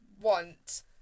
want